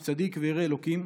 איש צדיק וירא אלוקים.